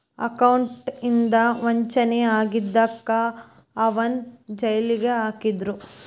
accountant ಇಂದಾ ವಂಚನೆ ಆಗಿದಕ್ಕ ಅವನ್ನ್ ಜೈಲಿಗ್ ಹಾಕಿದ್ರು